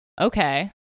okay